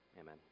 Amen